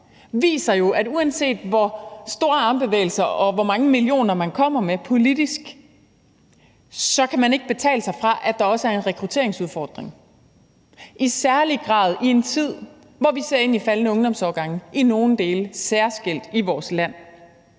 viser jo, at uanset hvor store armbevægelser man laver og hvor mange millioner man kommer med politisk, kan man ikke betale sig fra, at der også er en rekrutteringsudfordring, i særlig grad i en tid, hvor vi ser ind i faldende ungdomsårgange særskilt i nogle dele af vores land.